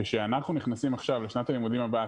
כשאנחנו נכנסים לשנת הלימודים הבאה,